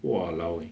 !walao! eh